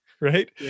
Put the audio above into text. right